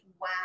Wow